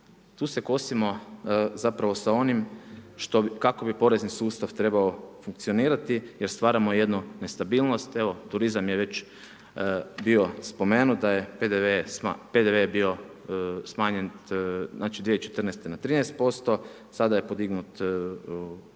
tu se kosimo zapravo sa onim kako bi porezni sustav trebao funkcionirati jer stvaramo jednu nestabilnost. Evo, turizam je već bio spomenut, da je PDV bio smanjen 2014. na 13%, sada je podignut na